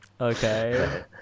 Okay